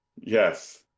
yes